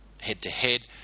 head-to-head